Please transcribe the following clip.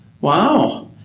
Wow